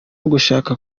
ugushaka